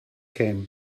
came